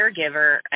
caregiver